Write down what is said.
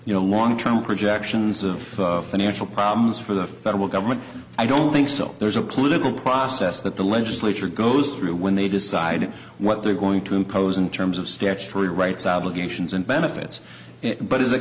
you know long term projections of financial problems for the federal government i don't think so there's a political process that the legislature goes through when they decide what they're going to impose in terms of statutory rights obligations and benefits but is a